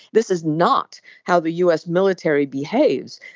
this is not how the u s. military behaves.